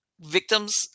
victims